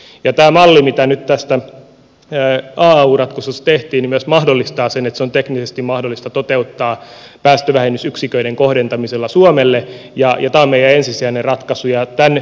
ja tämä malli mikä tästä aau ratkaisusta tehtiin myös mahdollistaa sen että se on teknisesti mahdollista toteuttaa päästövähennysyksiköiden kohdentamisella suomelle ja tämä on meidän ensisijainen ratkaisumme